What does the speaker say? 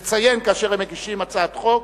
לציין כאשר הם מגישים הצעת חוק: